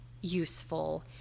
useful